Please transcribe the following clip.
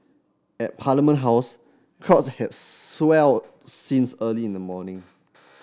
at Parliament House crowds had swelled since early in the morning